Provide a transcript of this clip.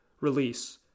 release